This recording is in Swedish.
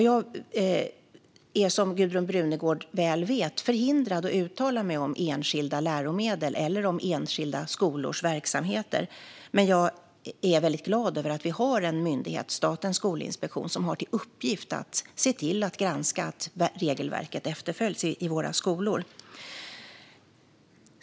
Jag är, som Gudrun Brunegård väl vet, förhindrad att uttala mig om enskilda läromedel eller om enskilda skolors verksamheter, men jag är glad över att det finns en myndighet, Statens skolinspektion, som har till uppgift att se till att granska att regelverket efterföljs i våra skolor.